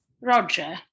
Roger